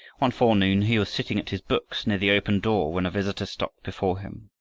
one forenoon he was sitting at his books, near the open door, when a visitor stopped before him.